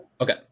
Okay